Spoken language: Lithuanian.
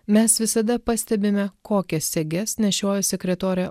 mes visada pastebime kokia seges nešiojo sekretorė